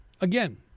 again